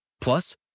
Plus